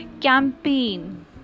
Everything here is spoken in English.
campaign